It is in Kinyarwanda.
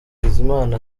bizimana